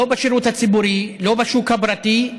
לא בשירות הציבורי, לא בשוק הפרטי,